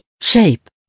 shape